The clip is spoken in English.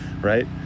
right